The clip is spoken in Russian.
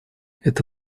это